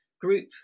group